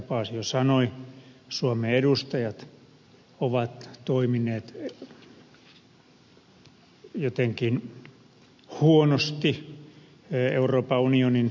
paasio sanoi suomen edustajat ovat toimineet jotenkin huonosti euroopan unionin neuvottelupöydissä